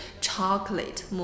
chocolate